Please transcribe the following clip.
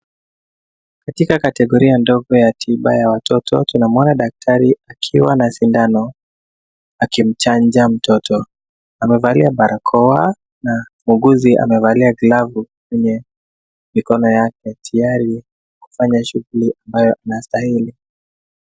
Katika kategoria ndogo ya tiba ya watoto, tunamwona daktari akiwa na sindano akimchanja mtoto. Amevalia barakoa na muuguzi amevalia glavu kwenye mikono yake, tayari kufanya shughuli ambayo anastahili.